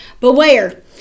Beware